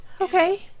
Okay